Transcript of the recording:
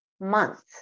month